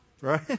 Right